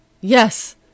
Yes